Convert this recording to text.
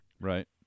Right